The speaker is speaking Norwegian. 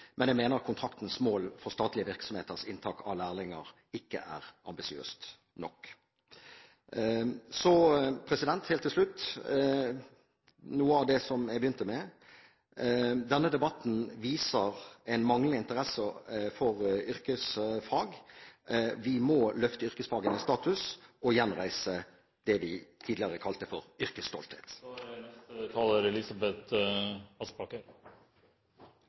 men jeg mener kontraktens mål for statlige virksomheters inntak av lærlinger ikke er ambisiøst nok. Helt til slutt noe av det jeg begynte med: Denne debatten viser en manglende interesse for yrkesfag. Vi må løfte yrkesfagenes status og gjenreise det vi tidligere kalte yrkesstolthet.